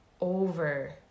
over